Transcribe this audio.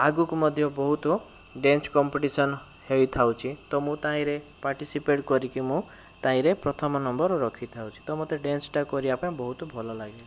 ଆଗକୁ ମଧ୍ୟ ବହୁତ ଡ଼୍ୟାନ୍ସ କମ୍ପିଟିସନ ହେଇଥାଉଚି ତ ମୁଁ ତାହିଁରେ ପାର୍ଟିସିପେଟ କରିକି ମୁଁ ତାହିଁରେ ପ୍ରଥମ ନମ୍ବର ରଖିଥାଉଚି ତ ମୋତେ ଡ଼୍ୟାନ୍ସଟା କରିବା ପାଇଁ ବହୁତ ଭଲଲାଗେ